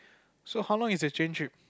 so how long is the train trip